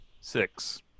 Six